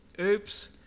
oops